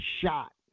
shot